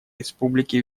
республики